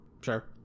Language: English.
Sure